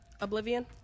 Oblivion